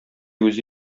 үзе